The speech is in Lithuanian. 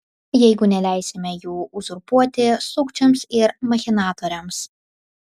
jeigu neleisime jų uzurpuoti sukčiams ir machinatoriams